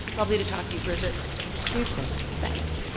lovely to talk to you, bridget you too. thanks